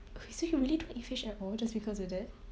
so you really don't eat fish at all just because of that